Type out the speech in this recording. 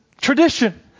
tradition